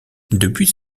depuis